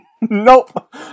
nope